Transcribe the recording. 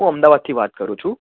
હું અમદાવાદથી વાત કરું છું